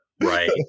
Right